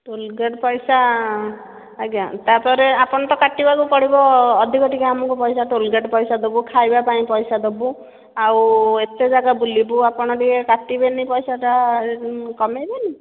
toll gate ପଇସା ଆଜ୍ଞା ତା'ପରେ ଆପଣଙ୍କୁ ତ କାଟିବାକୁ ପଡ଼ିବ ଅଧିକ ପଡ଼ିବ ଟୋଲ୍ ଗେଟ୍ ପଇସା ଦେବୁ ଖାଇବା ପାଇଁ ପଇସା ଦେବୁ ଆଉ ଏତେ ଜାଗା ବୁଲିବୁ ଆପଣ ଟିକେ କାଟିବେ ନି ପଇସାଟା କମେଇବେ ନି